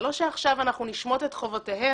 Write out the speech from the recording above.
זה לא שעכשיו אנחנו נשמוט את חובותיהם